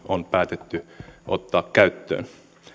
on päätetty ottaa käyttöön